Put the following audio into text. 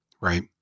Right